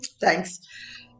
thanks